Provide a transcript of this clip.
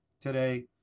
today